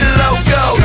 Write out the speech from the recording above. logo